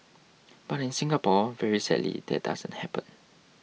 but in Singapore very sadly that doesn't happen